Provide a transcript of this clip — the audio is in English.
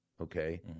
okay